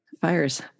fires